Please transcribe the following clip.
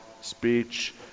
speech